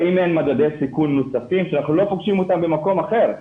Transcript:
האם הם מדדי תקון נוספים שאנחנו לא פוגשים אותם במקום אחר?